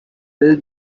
will